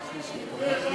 נתקבלו.